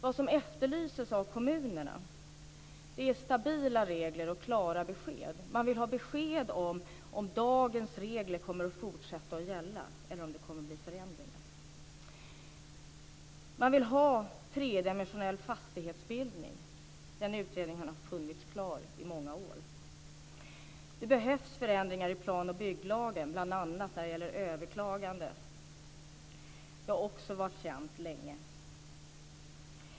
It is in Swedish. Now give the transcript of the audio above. Vad som efterlyses av kommunerna är stabila regler och klara besked. Man vill ha besked om ifall dagens regler kommer att fortsätta att gälla eller om det kommer att bli förändringar. Man vill ha tredimensionell fastighetsbildning, och den utredningen har funnits klar i många år. Det behövs förändringar i plan och bygglagen bl.a. när det gäller överklaganden. Det har också varit känt länge.